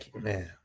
man